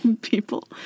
people